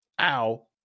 Ow